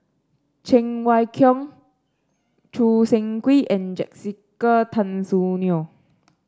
Cheng Wai Keung Choo Seng Quee and Jessica Tan Soon Neo